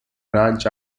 branch